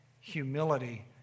humility